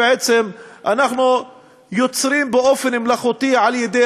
בעצם אנחנו יוצרים באופן מלאכותי על-ידי